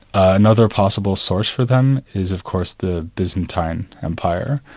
another possible source for them is of course the byzantine empire,